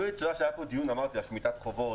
שהיה פה דיון על שמיטת חובות,